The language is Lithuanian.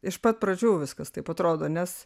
iš pat pradžių viskas taip atrodo nes